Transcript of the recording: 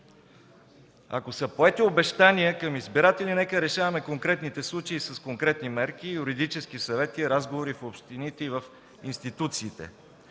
Ако са поети обещания към избиратели, нека решаваме конкретните случаи с конкретни мерки, юридически съвети, разговори в общините и в институциите.